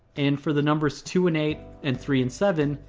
and for the numbers two and eight, and three and seven,